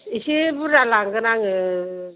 एसे बुरजा लांगोन आङो